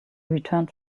returned